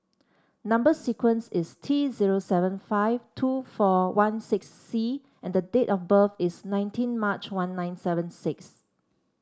number sequence is T zero seven five two four one six C and date of birth is nineteen March one nine seven six